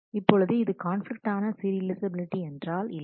இப்பொழுது இது கான்பிலிக்டான சீரியலைஃசபிலிட்டி என்றால் இல்லை